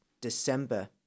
December